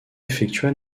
effectua